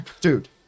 Dude